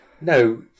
No